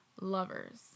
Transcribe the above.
lovers